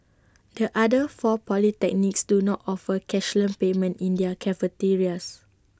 the other four polytechnics do not offer cashless payment in their cafeterias